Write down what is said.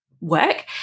work